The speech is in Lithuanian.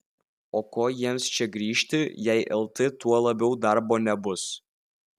o ko jiems čia grįžti jei lt tuo labiau darbo nebus